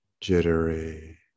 jittery